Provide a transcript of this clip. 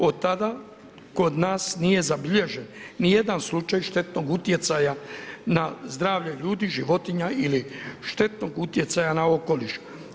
Od tada kod nas nije zabilježen ni jedan slučaj štetnog utjecaja na zdravlje ljudi, životinja ili štetnog utjecaja na okoliš.